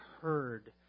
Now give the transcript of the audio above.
heard